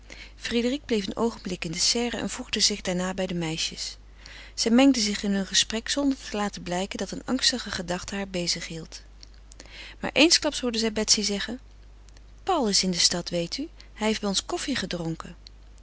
frédérique bleef een oogenblik in de serre en voegde zich daarna bij de meisjes zij mengde zich in heur aller gesprek zonder te laten blijken dat een angstige gedachte haar bezighield maar eensklaps hoorde zij betsy zeggen paul is in de stad weet u hij heeft bij ons koffie gedronken